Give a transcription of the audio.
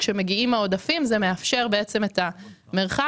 כאשר מגיעים העודפים זה מאפשר את המרחב